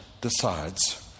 decides